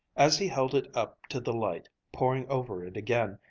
as he held it up to the light, poring over it again,